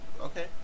Okay